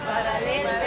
Parallel